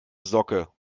socke